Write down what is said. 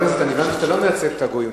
חבר הכנסת, הבנתי שאתה לא מייצג את הגויים.